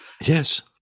Yes